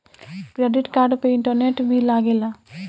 Credit card पे interest भी लागेला?